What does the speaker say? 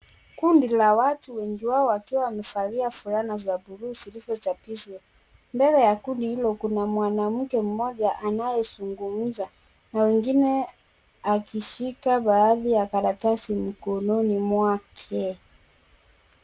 Kundi la watu wengi wao wakiwa wamevalia fulana za bluu zilizochapizwa mbele ya kundi hilo, kuna mwanamke mmoja anayezungumza na wengine akishika baaadhi ya karatasi mikononi mwake.